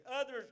Others